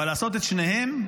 אבל לעשות את שניהם,